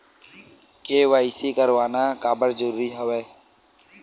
KYC करवाना काबर जरूरी हवय?